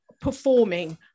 performing